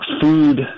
food